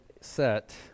set